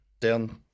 down